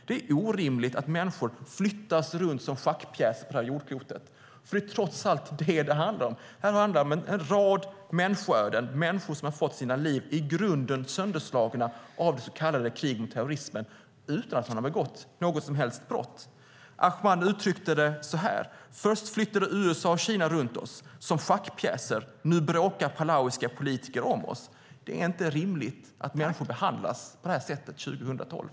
Det är orimligt att människor flyttas runt som schackpjäser på jordklotet. Det handlar om en rad människoöden och människor som har fått sina liv i grunden sönderslagna av det så kallade kriget mot terrorismen utan att de har begått något som helst brott. Ahmat uttryckte det så här: Först flyttade USA och Kina runt oss som schackpjäser. Nu bråkar Palaus politiker om oss. Det är inte rimligt att människor behandlas på det här sättet 2012.